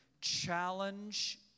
challenge